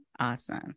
Awesome